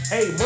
Hey